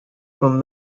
from